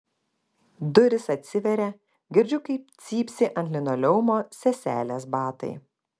durys atsiveria girdžiu kaip cypsi ant linoleumo seselės batai